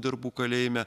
darbų kalėjime